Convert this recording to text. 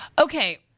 Okay